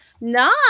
No